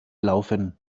laufen